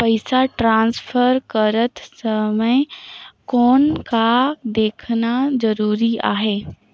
पइसा ट्रांसफर करत समय कौन का देखना ज़रूरी आहे?